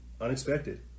unexpected